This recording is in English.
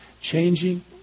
changing